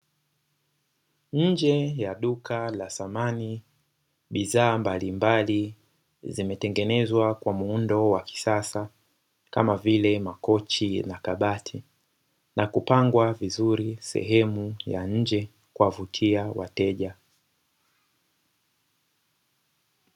Nje ya duka la samani bidhaa mbalimbali zimetengenezwa kwa muundo wa kisasa kama vile makochi, na kabati na kupangwa vizuri sehemu ya nje kuwavutia wateja.